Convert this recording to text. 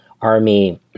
army